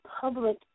public